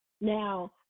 Now